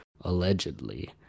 allegedly